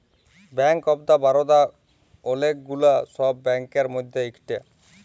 bank of Baroda ওলেক গুলা সব ব্যাংকের মধ্যে ইকটা